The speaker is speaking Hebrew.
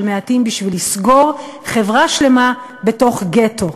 מעטים בשביל לסגור חברה שלמה בתוך גטו.